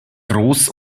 groß